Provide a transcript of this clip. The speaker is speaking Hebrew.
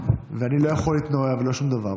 ואני לא יכול להתנועע ולא שום דבר,